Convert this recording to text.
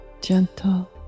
gentle